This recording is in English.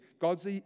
God's